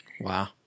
Wow